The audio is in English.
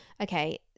okay